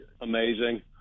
amazing